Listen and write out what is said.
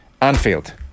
Anfield